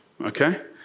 okay